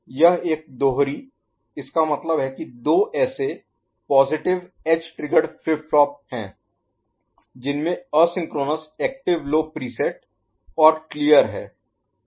यह एक दोहरी इसका मतलब है कि दो ऐसे positive edge triggered flip flop हैं जिनमें एसिंक्रोनस एक्टिव लो प्रीसेट और क्लियर है